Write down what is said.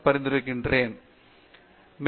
பேராசிரியர் பிரதாப் ஹரிதாஸ் திரும்பி வாருங்கள்